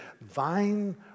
vine